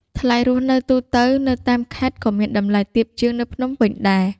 ថ្លៃរស់នៅទូទៅនៅតាមខេត្តក៏មានតម្លៃទាបជាងនៅភ្នំពេញដែរ។